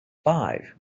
five